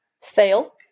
Fail